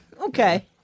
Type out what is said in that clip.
Okay